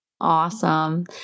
Awesome